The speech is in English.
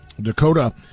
Dakota